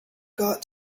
got